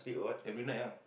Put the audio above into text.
every night ah